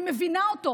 אני מבינה אותו,